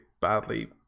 badly